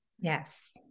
yes